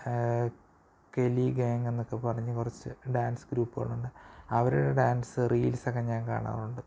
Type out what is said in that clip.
കെലി ഗാങ്ങെന്നൊക്കെ പറഞ്ഞ് കുറച്ച് ഡാൻസ് ഗ്രൂപ്പുകളുണ്ട് അവരുടെ ഡാൻസ് റീൽസൊക്കെ ഞാൻ കാണാറുണ്ട്